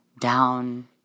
down